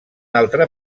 altre